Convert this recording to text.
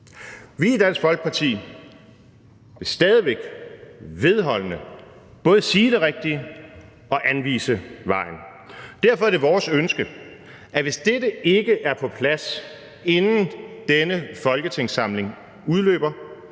Vi i Dansk Folkeparti vil stadig væk vedholdende både sige det rigtige og anvise vejen. Derfor er det vores ønske, at hvis dette ikke er på plads, inden denne folketingssamling udløber,